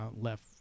left